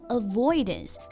avoidance